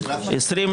פשוט בושה וחרפה.